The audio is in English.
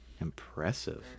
Impressive